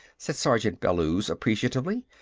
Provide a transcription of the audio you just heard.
said sergeant bellews appreciatively.